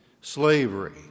Slavery